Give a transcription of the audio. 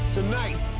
Tonight